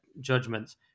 judgments